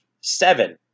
seven